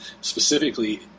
specifically